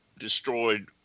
destroyed